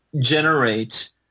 generate